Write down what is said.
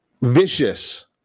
vicious